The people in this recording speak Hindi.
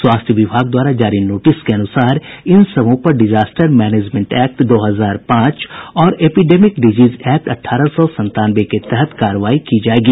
स्वास्थ्य विभाग द्वारा जारी नोटिस के अनुसार इन सबों पर डिसास्टर मैनेजमेंट एक्ट दो हजार पांच और एपीडेमिक डिजीज एक्ट अठारह सौ संतानवे के तहत कार्रवाई की जायेगी